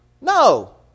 No